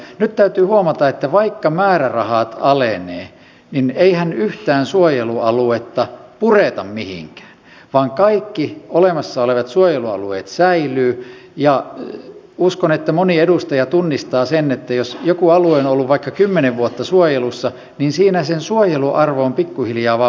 nyt täytyy huomata että vaikka määrärahat alenevat niin eihän yhtään suojelualuetta pureta mihinkään vaan kaikki olemassa olevat suojelualueet säilyvät ja uskon että moni edustaja tunnistaa sen että jos joku alue on ollut vaikka kymmenen vuotta suojelussa niin siinä sen suojeluarvo on pikkuhiljaa vain parantunut